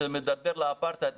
שזה מדבר לאפרטהייד,